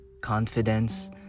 confidence